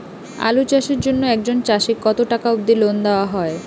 আলু চাষের জন্য একজন চাষীক কতো টাকা অব্দি লোন দেওয়া হয়?